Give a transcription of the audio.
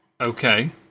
Okay